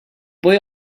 boy